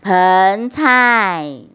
盆菜